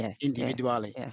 individually